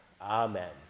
Amen